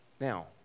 Now